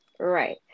Right